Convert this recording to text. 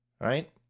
right